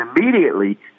immediately